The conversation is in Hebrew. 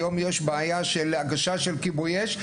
היום יש בעיה של הגשת כיבוי אש,